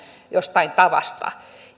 jostain tavasta